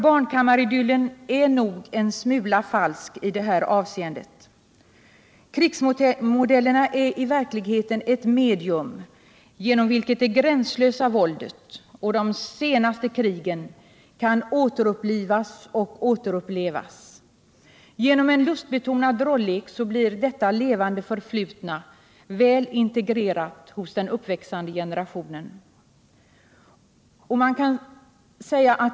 Barnkammaridyllen är nog en smula falsk i det här avseendet. Krigsmodellerna är i verkligheten ett medium genom vilket det gränslösa våldet och de senaste krigen kan återupplivas och återupplevas. Genom en lustbetonad rollek blir detta levande förflutna väl integrerat hos den uppväxande generationen.